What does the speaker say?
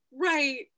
right